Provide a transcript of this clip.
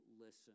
listen